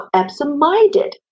absent-minded